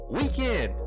weekend